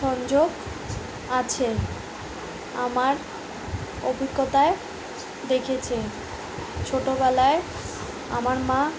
সংযোগ আছে আমার অভিজ্ঞতায় দেখেছে ছোটোবেলায় আমার মা